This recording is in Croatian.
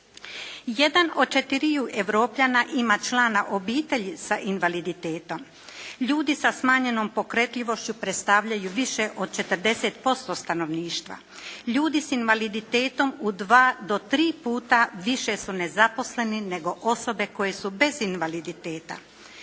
Jedan od četiriju Europljana ima člana obitelji sa invaliditetom. Ljudi sa smanjenom pokretljivošću predstavljaju više od 40% stanovništva. Ljudi s invaliditetom u dva do tri puta više su nezaposleni nego osobe koje su bez invaliditeta.